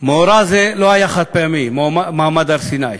מאורע זה לא היה חד-פעמי, מעמד הר-סיני.